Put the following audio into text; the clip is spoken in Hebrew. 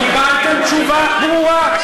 קיבלתם תשובה ברורה.